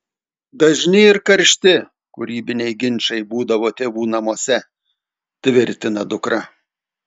dažni ir karšti kūrybiniai ginčai būdavo tėvų namuose tvirtina dukra